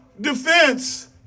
defense